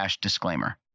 disclaimer